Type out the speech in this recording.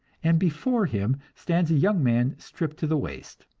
and before him stands a young man stripped to the waist.